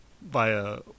via